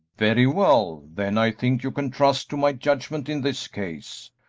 very well then i think you can trust to my judgment in this case.